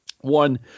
One